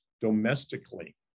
domestically